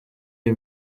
iyi